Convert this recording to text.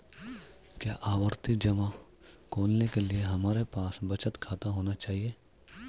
क्या आवर्ती जमा खोलने के लिए हमारे पास बचत खाता होना चाहिए?